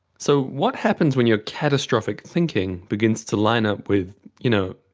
so what happens when your catastrophic thinking begins to line up with, you know,